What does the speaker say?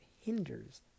hinders